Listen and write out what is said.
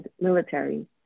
military